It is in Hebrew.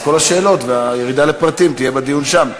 אז כל השאלות והירידה לפרטים יהיו בדיון שם.